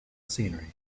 scenery